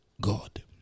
God